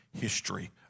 history